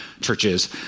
churches